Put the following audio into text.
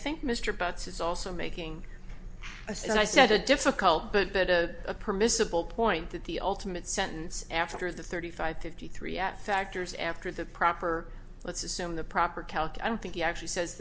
think mr butts is also making a second i said a difficult but that a permissible point that the ultimate sentence after the thirty five fifty three at factors after the proper let's assume the proper calc i don't think he actually says